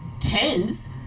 tens